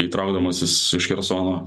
įtraukdamas jis iš chersono